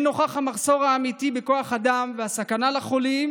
הן נוכח המחסור האמיתי בכוח אדם והסכנה לחולים